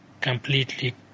completely